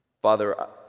Father